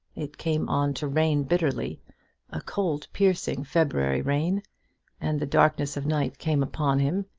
it came on to rain bitterly a cold piercing february rain and the darkness of night came upon him,